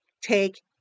take